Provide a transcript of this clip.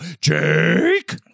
Jake